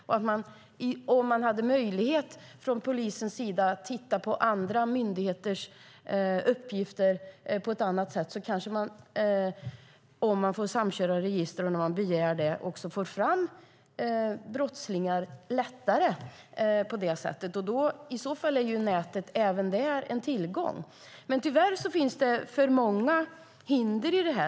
Om polisen hade möjligheter att få del av andra myndigheters uppgifter genom att få samköra register när man begär det kunde man också hitta brottslingar lättare. I så fall är nätet en tillgång där. Tyvärr finns det dock för många hinder i detta.